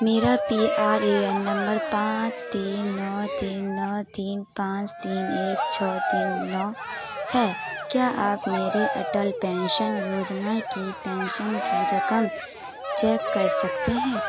میرا P R A N نمبر پانچ تین نو تین نو تین پانچ تین ایک چھ تین نو ہے کیا آپ میرے اٹل پینشن یوجنا کی پینشن کی رقم چیک کر سکتے ہیں